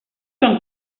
són